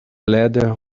ladder